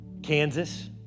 Kansas